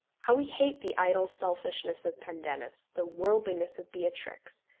how we hate the idle selfishness of pendennis, the worldliness of beatrix,